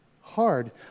hard